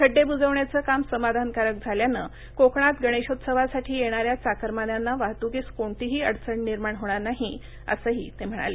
खड्डे ब्जावण्याचं काम समाधानकारक झाल्यानं कोकणात गणेशोत्सवासाठी येणाऱ्या चाकरमान्यांना वाहतुकीस कोणतीही अडचण निर्माण होणार नाही असंही ते म्हणाले